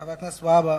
חבר הכנסת ברכה,